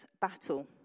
battle